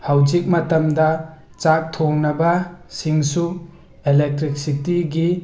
ꯍꯧꯖꯤꯛ ꯃꯇꯝꯗ ꯆꯥꯛ ꯊꯣꯡꯅꯕꯁꯤꯡꯁꯨ ꯏꯂꯦꯛꯇ꯭ꯔꯤꯛꯁꯤꯇꯤꯒꯤ